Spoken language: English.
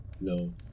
No